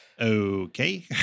okay